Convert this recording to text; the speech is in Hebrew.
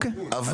אבל.